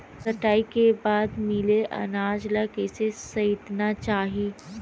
कटाई के बाद मिले अनाज ला कइसे संइतना चाही?